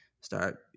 start